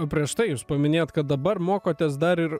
o prieš tai jūs paminėjot kad dabar mokotės dar ir